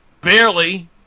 Barely